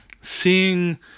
seeing